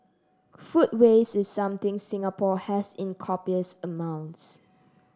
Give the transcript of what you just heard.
food waste is something Singapore has in copious amounts